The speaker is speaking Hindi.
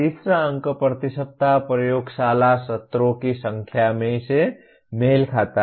तीसरा अंक प्रति सप्ताह प्रयोगशाला सत्रों की संख्या से मेल खाता है